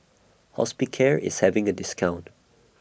Hospicare IS having A discount